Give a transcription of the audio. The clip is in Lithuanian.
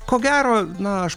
ko gero na aš